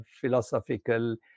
philosophical